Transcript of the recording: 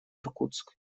иркутск